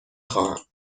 خواهم